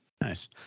Nice